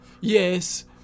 Yes